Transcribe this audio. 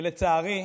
לצערי,